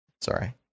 sorry